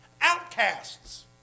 Outcasts